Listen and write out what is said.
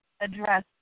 address